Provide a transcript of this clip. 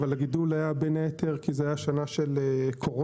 אבל הגידול היה בין היתר כי זו הייתה שנה של קורונה,